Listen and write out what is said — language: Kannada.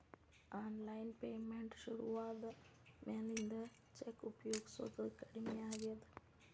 ಆನ್ಲೈನ್ ಪೇಮೆಂಟ್ ಶುರುವಾದ ಮ್ಯಾಲಿಂದ ಚೆಕ್ ಉಪಯೊಗಸೋದ ಕಡಮಿ ಆಗೇದ